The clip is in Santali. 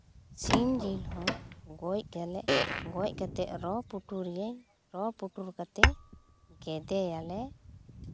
ᱥᱤᱢ ᱡᱤᱞ ᱦᱚᱸ ᱜᱚᱡ ᱟᱞᱮ ᱜᱚᱡ ᱠᱟᱛᱮᱫ ᱨᱚ ᱯᱩᱴᱩᱨ ᱮᱭᱟᱧ ᱨᱚ ᱯᱩᱴᱩᱨ ᱠᱟᱛᱮᱫ ᱜᱮᱫᱮᱭᱟᱞᱮ